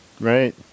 right